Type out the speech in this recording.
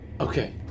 Okay